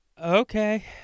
Okay